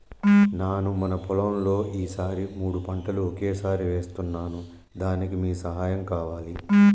నాను మన పొలంలో ఈ సారి మూడు పంటలు ఒకేసారి వేస్తున్నాను దానికి మీ సహాయం కావాలి